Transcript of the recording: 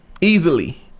Easily